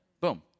Boom